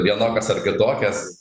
vienokias ar kitokias